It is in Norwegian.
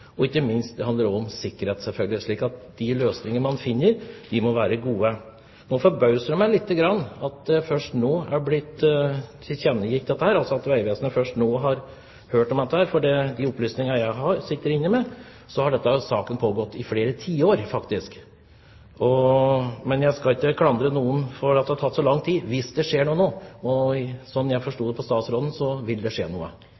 sikkerhet. Så de løsninger man finner, må være gode. Det forbauser meg litt at det er først nå Vegvesenet har hørt om dette, for ifølge de opplysningene jeg sitter inne med, har denne saken pågått i flere tiår. Men jeg skal ikke klandre noen for at det har tatt så lang tid, hvis det skjer noe nå. Og slik jeg forstår det statsråden nå sier, vil det skje noe.